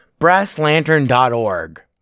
BrassLantern.org